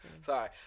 sorry